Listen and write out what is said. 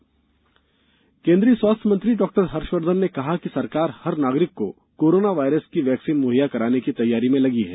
corona vaccine केन्द्रीय स्वास्थ्य मंत्री डॉ हर्षवर्धन ने कहा है कि सरकार हर नागरिक को कोरोना वायरस की वैक्सीन मुहैया कराने की तैयारियों में लगी है